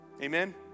Amen